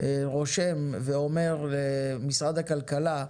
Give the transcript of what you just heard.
אני רושם ואומר למשרד הכלכלה,